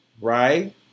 right